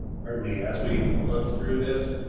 pardon me, as we've looked through this,